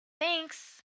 Thanks